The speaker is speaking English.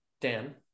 Dan